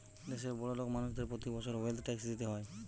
দেশের বড়োলোক মানুষদের প্রতি বছর ওয়েলথ ট্যাক্স দিতে হয়